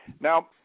Now